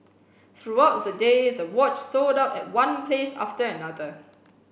throughout the day the watch sold out at one place after another